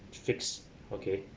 fix okay